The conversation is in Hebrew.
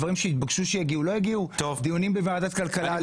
דברים שהתבקשו שיגיעו ולא הגיעו לדיונים בוועדת כלכלה.